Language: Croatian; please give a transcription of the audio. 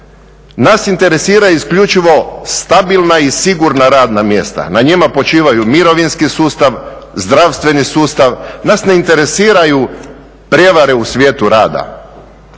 Nas interesira isključivo stabilna i sigurna radna mjesta. Na njima počivaju mirovinski sustav, zdravstveni sustav. Nas ne interesiraju prijevare u svijetu rada